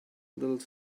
little